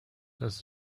does